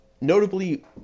Notably